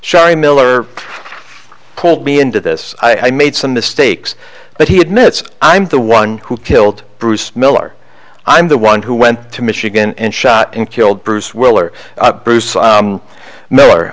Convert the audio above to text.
shari miller pulled me into this i made some mistakes but he admits i'm the one who killed bruce miller i'm the one who went to michigan and shot and killed bruce will or bruce miller